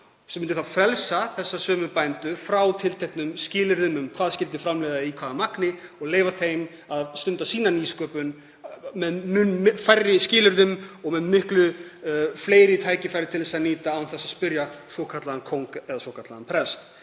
sem myndi frelsa þessa sömu bændur frá tilteknum skilyrðum um hvað eigi að framleiða eða í hvaða magni og leyfa þeim að stunda sína nýsköpun með mun færri skilyrðum og miklu fleiri tækifærum til að nýta án þess að spyrja svokallaðan kóng eða svokallaðan prest.